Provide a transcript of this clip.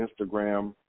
Instagram